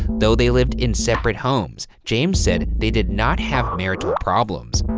though they lived in separate homes, james said they did not have marital problems.